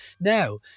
Now